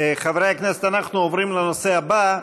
חברי הכנסת, אנחנו עוברים לנושא הבא.